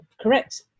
correct